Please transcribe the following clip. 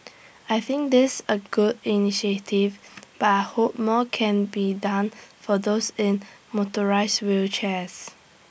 I think this A good initiative but I hope more can be done for those in motorised wheelchairs